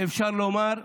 אפשר לומר,